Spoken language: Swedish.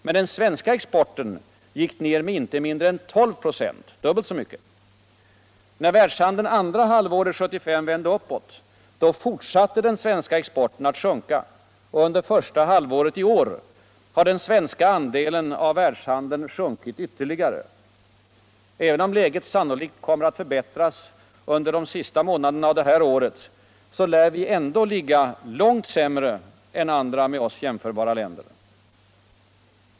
Mcen den svenska exporten gick ner med inte mindre än 12 ”,— dubbelt så mycket. När världshandeln under andra halväret 1975 vände uppåt, fortsatte den svenska exporten att sjunka. Och under första halvåret 1976 har den svenska andelen av världshandeln sjunkit ytterligare. Även om läget sannolikt kommer att förbättras under de sista månaderna av det här året, lär vi ändå ligga långt sämre än andra med oss jämförbara länder.